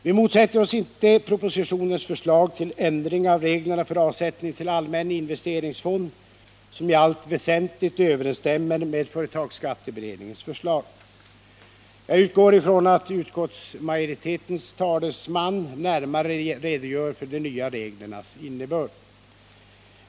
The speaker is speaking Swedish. Vi motsätter oss inte propositionens förslag till ändringar av reglerna för avsättning till allmän investeringsfond, som i allt väsentligt överensstämmer med företagsskatteberedningens förslag. Jag utgår ifrån att utskottsmajoritetens talesman närmare redogör för de nya reglernas innebörd.